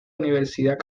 universidad